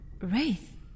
Wraith